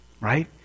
Right